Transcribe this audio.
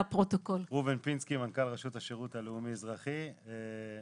מנכ"ל רשות השירות הלאומי אזרחי.